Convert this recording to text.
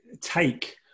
take